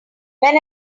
when